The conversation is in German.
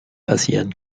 passieren